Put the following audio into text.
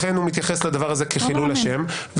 לכן הוא מתייחס לדבר הזה כחילול השם.